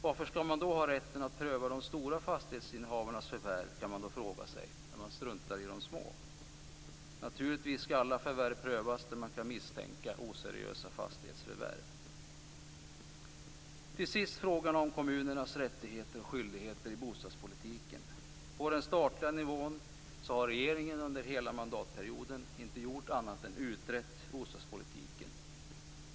Varför skall man då ha rätten att pröva de stora fastighetsinnehavarnas förvärv, kan man fråga sig, när man struntar i de små? Naturligtvis skall alla fastighetsförvärv som man kan misstänka är oseriösa prövas. Jag vill också ta upp frågan om kommunernas rättigheter och skyldigheter i bostadspolitiken. På den statliga nivån har regeringen under hela mandatperioden inte gjort annat än utrett bostadspolitiken.